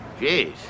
Jeez